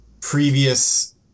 previous